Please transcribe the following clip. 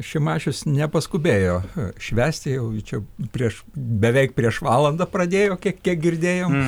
šimašius nepaskubėjo švęsti jau čia prieš beveik prieš valandą pradėjo kiek kiek girdėjom